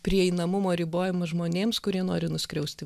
prieinamumo ribojimą žmonėms kurie nori nuskriausti